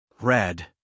Red